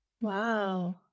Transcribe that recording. wow